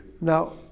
Now